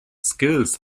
skills